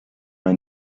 ein